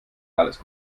alles